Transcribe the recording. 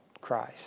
Christ